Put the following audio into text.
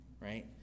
right